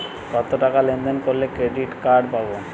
কতটাকা লেনদেন করলে ক্রেডিট কার্ড পাব?